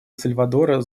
сальвадора